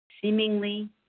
Seemingly